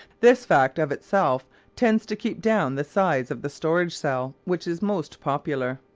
this fact of itself tends to keep down the size of the storage cell which is most popular.